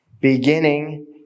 beginning